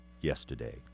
yesterday